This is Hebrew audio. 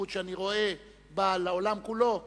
החשיבות שאני רואה בה לעולם כולו,